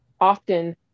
often